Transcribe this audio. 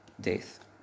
death